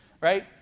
right